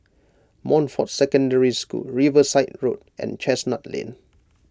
Montfort Secondary School Riverside Road and Chestnut Lane